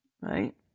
Right